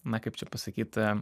na kaip čia pasakyt